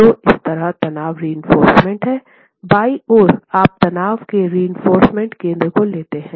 तो इस तरफ तनाव रिइंफोर्समेन्ट हैं बाईं ओर आप तनाव के रिइंफोर्समेन्ट केंद्र को लेते हैं